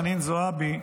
חנין זועבי,